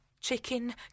Chicken